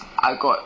I got